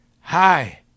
Hi